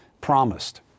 promised